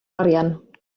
arian